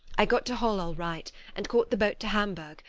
i got to hull all right, and caught the boat to hamburg,